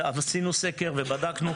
ועשינו סגר ובדקנו,